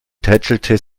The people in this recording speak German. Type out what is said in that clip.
tätschelte